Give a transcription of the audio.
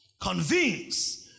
Convince